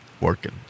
Working